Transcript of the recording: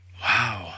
Wow